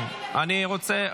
אני אשאל.